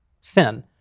sin